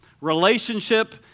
Relationship